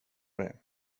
det